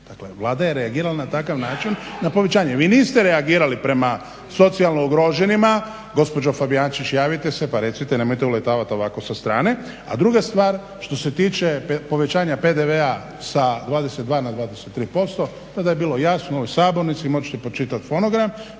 Vlada je reagirala na takav način na povećanje. Vi niste reagirali prema socijalno ugroženima, gospođo Fabijančić javite se pa recite, nemojte uletavat ovako sa strane. A druga stvar što se tiče povećanja PDV-a sa 22 na 23% tada je bilo jasno u sabornici, možete pročitat fonogram,